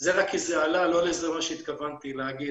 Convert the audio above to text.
זה רק כי זה עלה, לא זה מה שהתכוונתי להגיד.